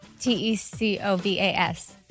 T-E-C-O-V-A-S